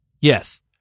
Yes